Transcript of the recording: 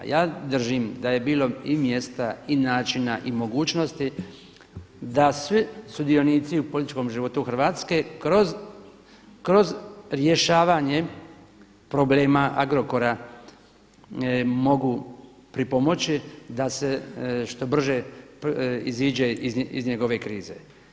Ja držim da je bilo i mjesta i načina i mogućnosti da svi sudionici u političkom životu Hrvatske kroz rješavanje problema Agrokora mogu pripomoći da se što brže iziđe iz njegove krize.